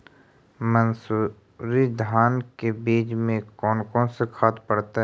मंसूरी धान के बीज में कौन कौन से खाद पड़तै?